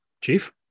Chief